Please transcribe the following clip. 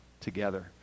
together